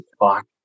fuck